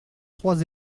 trois